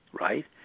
right